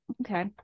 okay